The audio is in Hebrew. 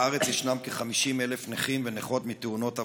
בארץ ישנם כ-50,000 נכים ונכות מתאונות עבודה,